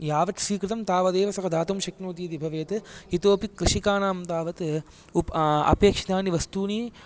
यावत् स्वीकृतं तावदेव सः दातुं शक्नोति इति भवेत् इतोऽपि कृषिकाणां तावत् उप अपेक्षितानि वस्तूनि